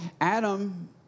Adam